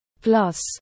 Plus